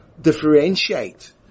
differentiate